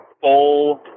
full